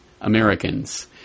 Americans